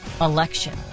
election